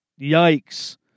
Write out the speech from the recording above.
Yikes